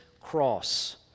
cross